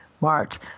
March